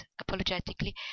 apologetically